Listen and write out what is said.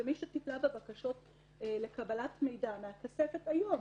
כמי שטיפלה בבקשות לקבלת מידע מהכספת היום